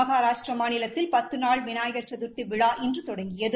மகாராஷ்ட்ரா மாநிலத்தில் பத்து நாள் விநாயகர் சதுர்த்திவிழா இன்று தொடங்கியது